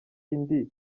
indi